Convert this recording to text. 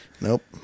Nope